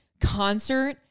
concert